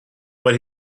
what